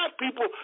people